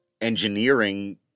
engineering